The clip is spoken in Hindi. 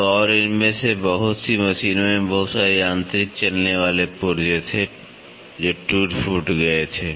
तो और इनमें से बहुत सी मशीनों （machines）में बहुत सारे यांत्रिक चलने वाले पुर्जे थे जो टूट फूट गए थे